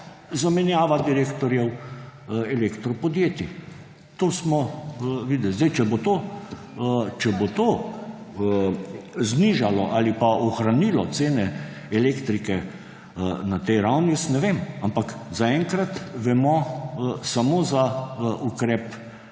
zamenjava direktorjev elektropodjetij. To smo videli. Če bo to znižalo ali pa ohranilo cene elektrike na tej ravni, jaz ne vem, ampak zaenkrat vemo samo za ukrep